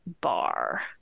Bar